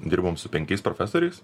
dirbom su penkiais profesoriais